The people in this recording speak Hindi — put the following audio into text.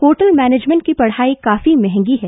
होटल मैनेंजमेंट की पढ़ाई काफी महंगी है